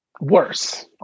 worse